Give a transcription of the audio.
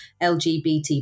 LGBT